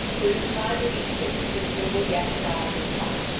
for it is my belief that your sister will yet arrive in time.